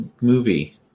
movie